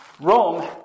Rome